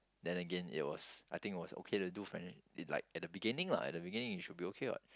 then again it was I think it was okay to do financial like at the beginning lah at the beginning it should be okay what